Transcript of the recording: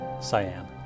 Cyan